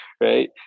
right